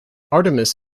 artemis